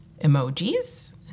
emojis